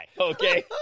okay